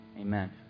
amen